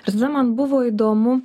ir tada man buvo įdomu